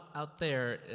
out there,